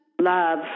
Love